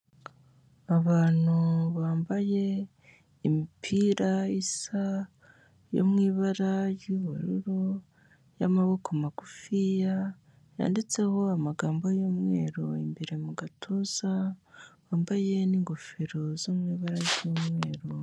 Abantu bambaye imipira isa yo mu ibara ry'ubururu y'amaboko magufiya, yanditseho amagambo y'umweru imbere mu gatuza, bambaye n'ingofero zo mu ibara ry'umweru.